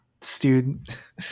student